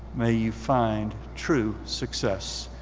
may you find true success.